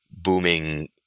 booming